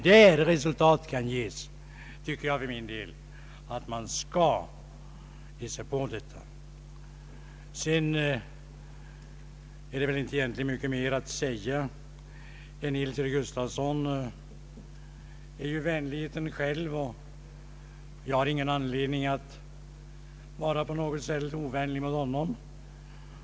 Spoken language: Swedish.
Där resultat kan uppnås tycker jag för min Ang. regionalpolitiken del att man skall satsa på turistanläggningar. Egentligen finns det väl inte mycket mer att säga. Herr Nils-Eric Gustafsson är ju vänligheten själv, och jag har ingen anledning att på något sätt vara ovänlig mot honom.